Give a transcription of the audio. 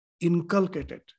inculcated